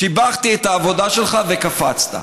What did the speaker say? שיבחתי את העבודה שלך, וקפצת.